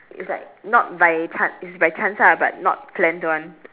it's like not by chance it's by chance ah but not planned one